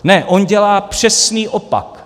Ne, on dělá přesný opak.